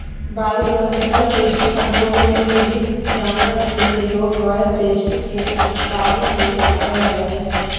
biological pest control मे जीबित जानबरकेँ प्रयोग कए पेस्ट केँ काबु मे राखल जाइ छै